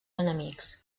enemics